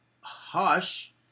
Hush